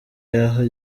yaha